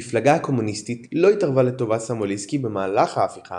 המפלגה הקומוניסטית לא התערבה לטובת סטמבוליסקי במהלך ההפיכה